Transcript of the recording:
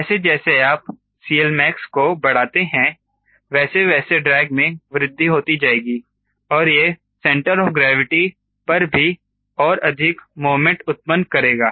जैसे जैसे आप 𝐶Lmax को बढ़ाते हैं वैसे वैसे ड्रैग में वृद्धि होती जाएगी और यह सेंटर ऑफ ग्रेविटी पर भी और अधिक मोमेंट उत्पन्न करेगा